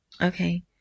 Okay